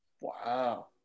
Wow